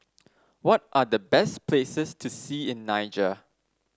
what are the best places to see in Niger